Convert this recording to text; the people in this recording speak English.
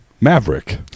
Maverick